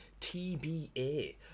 TBA